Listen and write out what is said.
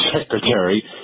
Secretary